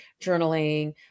journaling